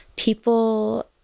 people